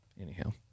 anyhow